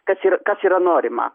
kas ir kas yra norima